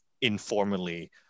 informally